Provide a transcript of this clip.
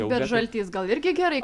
bet žaltys gal irgi gerai